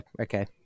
okay